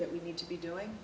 that we need to be doing